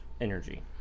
energy